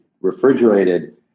refrigerated